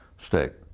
stick